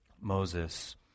Moses